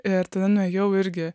ir tada nuėjau irgi